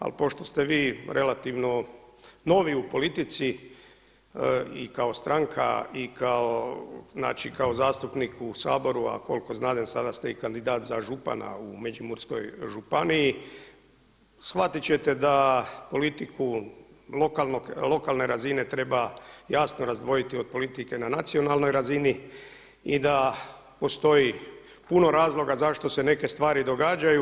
Ali pošto ste vi relativno novi u politici i kao stranka, i kao znači zastupnik u Saboru, a koliko znadem sada ste i kandidat za župana u Međimurskoj županiji, shvatit ćete da politiku lokalne razine treba jasno razdvojiti od politike na nacionalnoj razini i da postoji puno razloga zašto se neke stvari događaju.